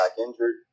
injured